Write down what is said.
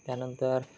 त्यानंतर